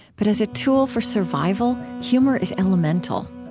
but as a tool for survival, humor is elemental.